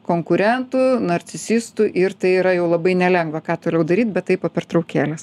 konkurentų narcisistų ir tai yra jau labai nelengva ką toliau daryti bet tai po pertraukėlės